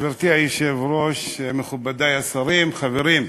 גברתי היושבת-ראש, מכובדי השרים, חברים,